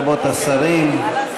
חברי הכנסת,